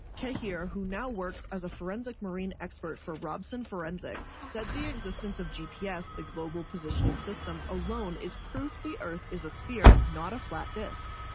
keijer, who now works as a forensic marine expert for robson forensic said the existence of gps, the global positioning system alone is proof the earth is a sphere, not a flat disc.